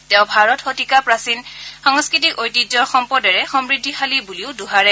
তেওঁ ভাৰত শতিকা প্ৰাচীন সাংস্কৃতিক ঐতিহ্যৰ সম্পদৰে সমৃদ্ধিশালী বুলিও দোহাৰে